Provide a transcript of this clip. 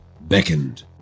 beckoned